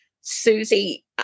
Susie